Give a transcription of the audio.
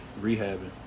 rehabbing